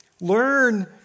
Learn